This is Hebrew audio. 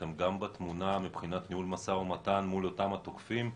האם אתם גם בתמונה מבחינת ניהול משא ומתן מול אותם התוקפים?